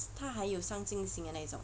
他还有上进心的那一种